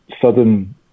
sudden